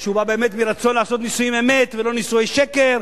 שהוא בא מרצון לעשות נישואי אמת ולא נישואי שקר,